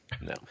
No